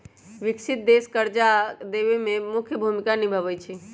विकसित देश कर्जा देवे में मुख्य भूमिका निभाई छई